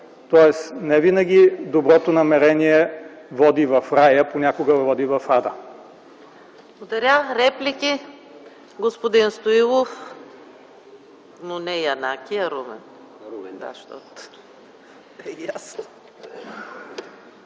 Тоест, не винаги доброто намерение води в рая, понякога води и в ада.